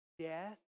Death